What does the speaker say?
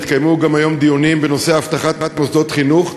והתקיימו היום דיונים גם בנושא אבטחת מוסדות חינוך,